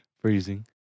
Freezing